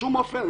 בשום אופן.